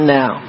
now